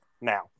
Now